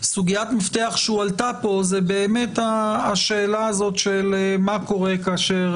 שסוגיית מפתח שהועלתה פה זו באמת השאלה מה קורה כאשר